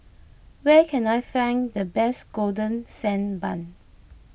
where can I find the best Golden Sand Bun